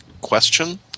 question